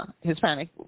Hispanic